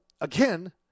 again